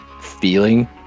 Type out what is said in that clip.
feeling